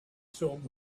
filled